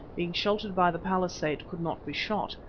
being sheltered by the palisade, could not be shot,